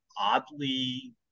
oddly